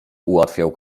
ułatwiał